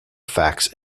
facts